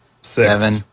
seven